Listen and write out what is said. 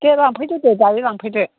दे लांफैदो दे दायो लांफैदो